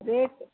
rate